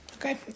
Okay